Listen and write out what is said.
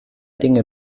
dinge